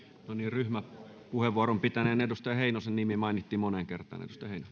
ryhmäpuheenvuoron pitäneen edustaja heinosen nimi mainittiin moneen kertaan